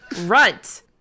runt